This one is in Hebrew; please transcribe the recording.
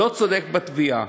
לא צודק בתביעה.